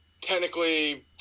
technically